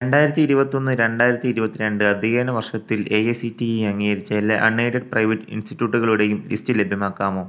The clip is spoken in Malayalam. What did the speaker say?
രണ്ടായിരത്തി ഇരുപത്തിയൊന്ന് രണ്ടായിരത്തി ഇരുപത്തിരണ്ട് അധ്യയന വർഷത്തിൽ A I C T E അംഗീകരിച്ച എല്ലാ അൺ എയ്ഡഡ് പ്രൈവറ്റ് ഇൻസ്റ്റിറ്റ്യൂട്ടുകളുടെയും ലിസ്റ്റ് ലഭ്യമാക്കാമോ